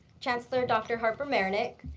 chancellor dr. harper-marinick,